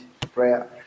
prayer